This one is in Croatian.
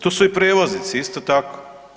Tu su i prijevoznici, isto tako.